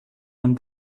one